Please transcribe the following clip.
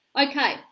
okay